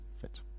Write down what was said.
fit